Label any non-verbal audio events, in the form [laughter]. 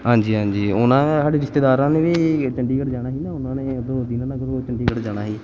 ਹਾਂਜੀ ਹਾਂਜੀ ਹੁਣ ਸਾਡੇ ਰਿਸ਼ਤੇਦਾਰਾਂ ਨੇ ਵੀ ਚੰਡੀਗੜ੍ਹ ਜਾਣਾ ਸੀ ਨਾ ਉਹਨਾਂ ਨੇ [unintelligible] ਚੰਡੀਗੜ੍ਹ ਜਾਣਾ ਸੀ